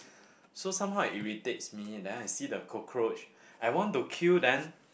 so somehow irritates me and then I see the cockroaches I want to kill then